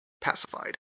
pacified